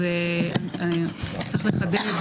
צריך לחדד,